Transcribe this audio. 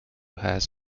has